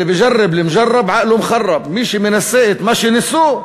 אללי בּיג'רבּ אל-מתג'רבּ עקלה מח'רבּ: מי שמנסה את מה שניסו,